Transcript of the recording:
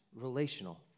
relational